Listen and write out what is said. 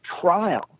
trial